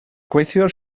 gweithiwr